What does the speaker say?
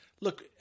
look